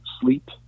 sleep